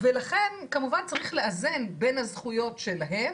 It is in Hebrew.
ולכן, כמובן, צריך לאזן, בין הזכויות שלהם,